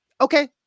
okay